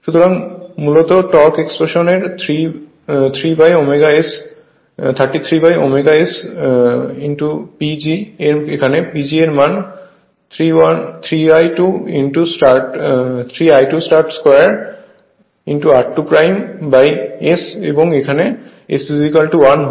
সুতরাং মূলত torque expression এর 3 3ω SPG এর এখানে PG মান 3 I 2 start2 r2S এবং S 1 হয়